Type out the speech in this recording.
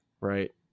right